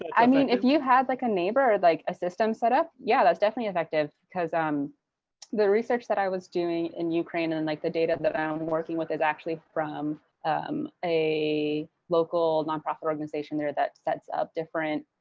i mean if you had like a neighbor, like a system set up, yeah, that's definitely effective. because the research that i was doing in ukraine and like the data that i'm working with is actually from um a local nonprofit organization there that sets up different